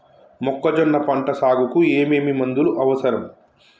మొక్కజొన్న పంట సాగుకు ఏమేమి మందులు అవసరం?